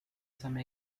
some